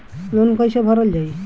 Loan कैसे भरल जाइ?